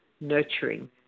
nurturing